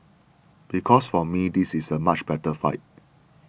because for me this is a much better fight